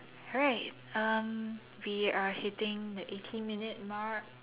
alright um we are hitting the eighty minute mark